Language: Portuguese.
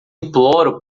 imploro